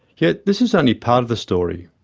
yet this is only part of the story.